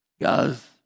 Guys